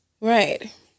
right